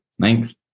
Thanks